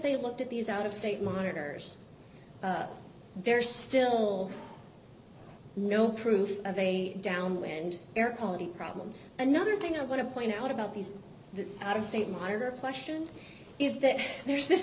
they looked at these out of state minors there's still no proof of a downwind air quality problem another thing i want to point out about these out of state minor question is that there's this